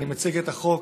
אני מציג את החוק